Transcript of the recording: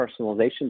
personalization